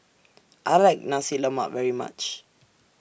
I like Nasi Lemak very much